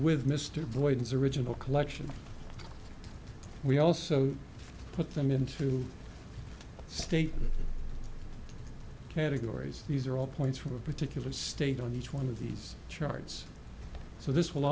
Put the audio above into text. with mr boyd's original collection we also put them into state categories these are all points from a particular state on each one of these charts so this will